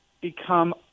become